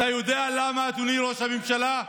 אתה יודע למה, אדוני ראש הממשלה?